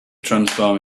transform